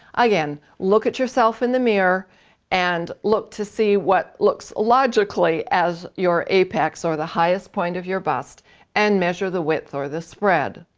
again, look at yourself in the mirror and look to see what looks logically as your apex or the highest point of your bust and measure the width or the spread.